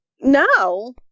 No